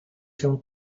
się